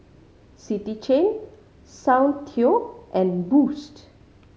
City Chain Soundteoh and Boost